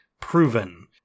proven